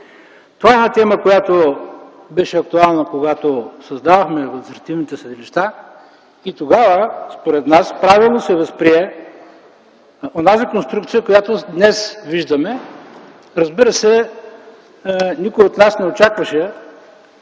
Това е една тема, която беше актуална, когато създавахме административните съдилища и тогава, според нас, правилно се възприе онази конструкция, която днес виждаме. Разбира се, никой от нас не очакваше,